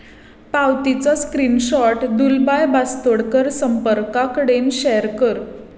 पावतीचो screenshot दुलबाय बास्तोडकर संपर्का कडेन शेयर कर